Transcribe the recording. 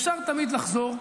אפשר תמיד לחזור,